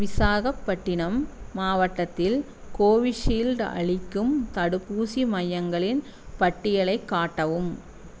விசாகப்பட்டினம் மாவட்டத்தில் கோவிஷீல்டு அளிக்கும் தடுப்பூசி மையங்களின் பட்டியலைக் காட்டவும்